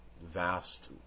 vast